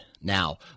Now